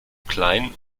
klein